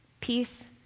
Peace